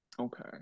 okay